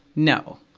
no!